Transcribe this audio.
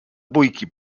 bójki